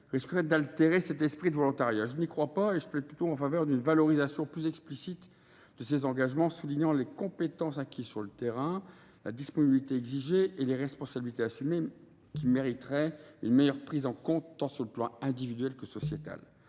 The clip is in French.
risquerait d’altérer cet esprit de volontariat. Je n’y crois pas. Je plaide plutôt en faveur d’une valorisation plus explicite de tels engagements, soulignant les compétences acquises sur le terrain, la disponibilité exigée et les responsabilités assumées, qui mériteraient une meilleure prise en compte sur le plan tant individuel que sociétal